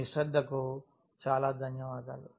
మీ శ్రద్ధకు చాలా ధన్యవాదాలు